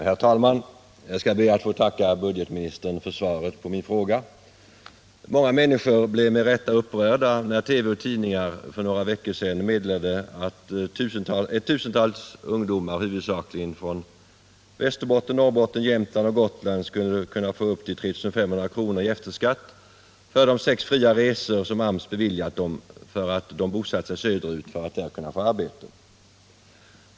Herr talman! Jag skall be att få tacka budgetministern för svaret på min fråga. Många människor blev med rätta upprörda när tidningar och TV för några veckor sedan meddelade att tusentals ungdomar, huvudsakligen från Västerbotten, Norrbotten, Jämtland och Gotland, skulle kunna få upp till 3 500 kr. i kvarskatt på grund av de sex fria resor som AMS beviljat dem med anledning av att de bosatt sig söderut för att där kunna få arbete.